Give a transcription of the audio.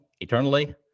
eternally